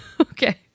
Okay